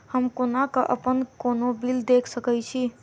हम कोना कऽ अप्पन कोनो बिल देख सकैत छी?